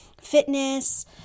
fitness